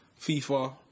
FIFA